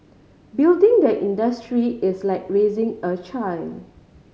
building the industry is like raising a child